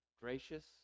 gracious